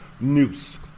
noose